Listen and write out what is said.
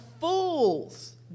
fools